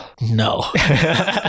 no